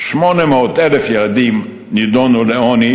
800,000 ילדים נידונו לעוני,